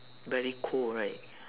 very cold right